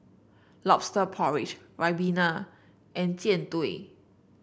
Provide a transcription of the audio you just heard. lobster porridge ribena and Jian Dui